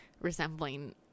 resembling